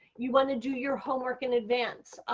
you want to do your homework in advance.